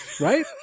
right